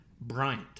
Bryant